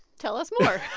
tell us more